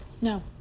No